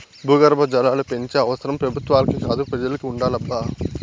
భూగర్భ జలాలు పెంచే అవసరం పెబుత్వాలకే కాదు పెజలకి ఉండాలబ్బా